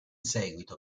seguito